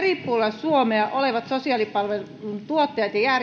suomea olevat sosiaalipalvelujen tuottajat ja järjestäjät voisivat edelleen kehittää palveluita